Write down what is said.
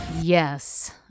yes